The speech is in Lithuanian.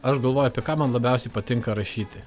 aš galvoju apie ką man labiausiai patinka rašyti